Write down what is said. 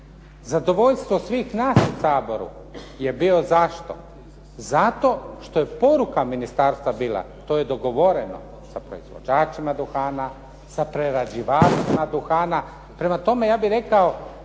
Zadovoljstvo svih nas u Saboru je bio zašto? Zato što je poruka ministarstva bila, to je dogovoreno sa proizvođačima duhana, sa prerađivačima duhana, prema tome ja bih rekao,